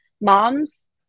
moms